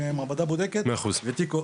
המעבדה בודקת והתיק,